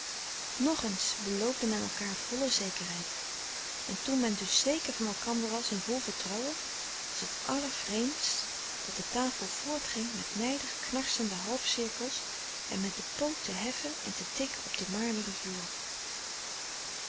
nog eens beloofde men elkaâr volle zekerheid en toen men dus zeker van elkander was in vol vertrouwen was het allervreemdst dat de tafel voort ging met nijdig knarsende halfcirkels en met de poot te heffen en te tikken op den marmeren vloer